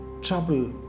trouble